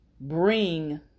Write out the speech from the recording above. bring